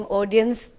audience